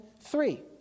three